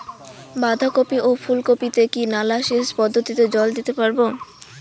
বাধা কপি ও ফুল কপি তে কি নালা সেচ পদ্ধতিতে জল দিতে পারবো?